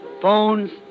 phones